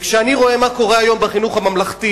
כשאני רואה היום מה קורה בחינוך הממלכתי,